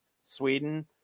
Sweden